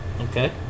Okay